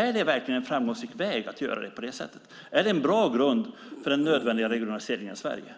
Är det verkligen en framgångsrik väg och en bra grund för den nödvändiga regionaliseringen i Sverige?